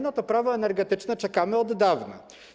Na Prawo energetyczne czekamy od dawna.